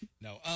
No